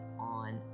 on